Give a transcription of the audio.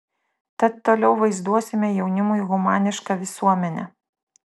tad toliau vaizduosime jaunimui humanišką visuomenę